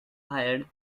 hired